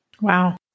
Wow